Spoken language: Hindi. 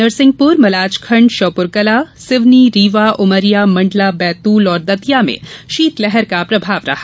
नरसिंहपुर मलाजखण्ड श्योप्रकला सिवनी रीवा उमरिया मण्डला बैतूल और दतिया में शीतलहर का प्रभाव रहा